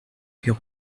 puis